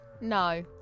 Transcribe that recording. No